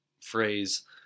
phrase